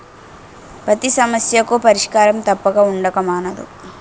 పతి సమస్యకు పరిష్కారం తప్పక ఉండక మానదు